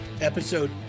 episode